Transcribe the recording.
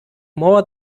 more